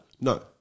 No